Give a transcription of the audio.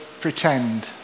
pretend